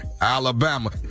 Alabama